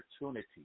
opportunity